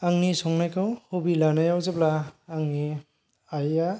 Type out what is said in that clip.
आंनि संनायखौ ह'बि लानायाव जेब्ला आंनि आया